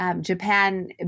Japan